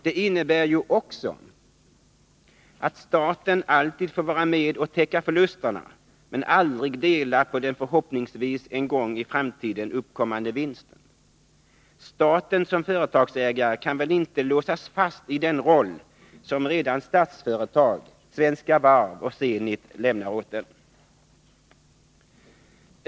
Det innebär också att staten alltid får vara med och täcka förlusterna men aldrig dela på de förhoppningsvis en gång i framtiden uppkommande vinsterna. Staten som företagsägare kan väl inte låsas fast i den roll som redan Statsföretag, Svenska Varv och Zenit ger den.